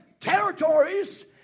territories